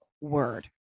word